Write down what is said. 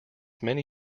many